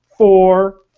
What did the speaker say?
Four